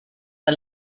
der